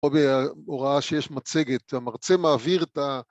‫או בהוראה שיש מצגת. ‫המרצה מעביר את ה...